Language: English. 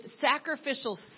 sacrificial